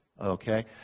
Okay